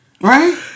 Right